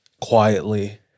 quietly